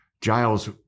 Giles